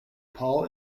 paul